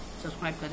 subscribe